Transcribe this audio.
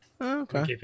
Okay